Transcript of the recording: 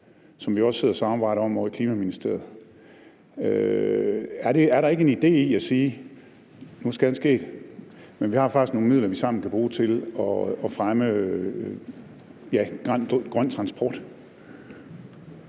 som vi også sidder og samarbejder om ovre i Kirkeministeriet, og så sige: Nu er skaden sket, men vi har faktisk nogle midler, vi sammen kan bruge til at fremme grøn transport?